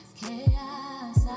chaos